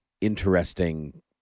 interesting